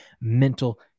mental